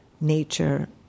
nature